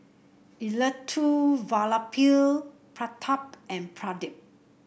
Elattuvalapil Pratap and Pradip